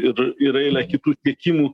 ir ir eilę kitų tiekimų